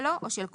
שלו או של קרובו,